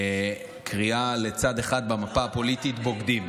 קריאה לצד אחד במפה הפוליטית, "בוגדים".